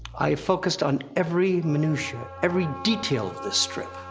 i focused on every minutia, every detail of this strip.